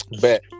Bet